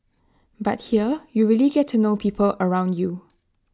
but here you really get to know people around you